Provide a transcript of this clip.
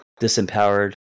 disempowered